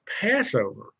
Passover